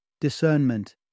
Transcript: discernment